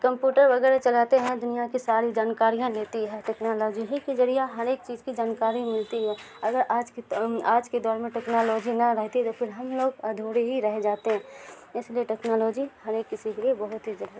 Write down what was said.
computer وغیرہ چلاتے ہیں دنیا کی ساری جانکاریاں لیتی ہے ٹیکنالوجی ہی کے ذریعہ ہر ایک چیز کی جانکاری ملتی ہے اگر آج کے آج کے دور میں ٹیکنالوجی نہ رہتی ہے تو پھر ہم لوگ ادھورے ہی رہ جاتے ہیں اس لیے ٹیکنالوجی ہر ایک کسی لیے بہت ہی ضرور